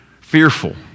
fearful